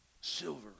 silver